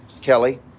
Kelly